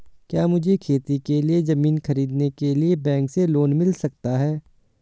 क्या मुझे खेती के लिए ज़मीन खरीदने के लिए बैंक से लोन मिल सकता है?